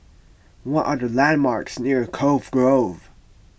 what are the landmarks near Cove Grove